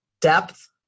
depth